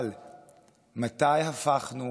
אבל מתי הפכנו